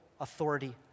authority